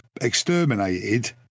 exterminated